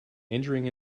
injuring